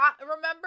remember